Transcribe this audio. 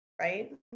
right